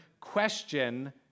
question